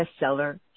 bestseller